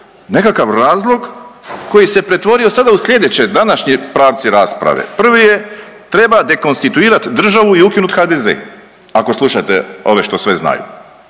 nekakav razlog koji se pretvorio sada u sljedeće, današnji pravci rasprave, prvi je treba dekonstituirat državu i ukinut HDZ ako slušate ove što sve znaju,